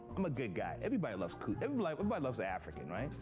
i'm a good guy. everybody loves ku. everybody but but loves african, right?